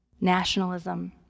nationalism